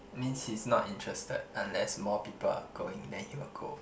means he's not interested unless more people are going then he will go